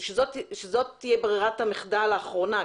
זאת תהיה ברירת המחדל האחרונה.